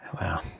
Wow